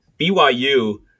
BYU